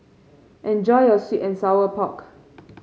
enjoy your sweet and Sour Pork